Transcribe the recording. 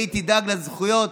היא תדאג לזכויות,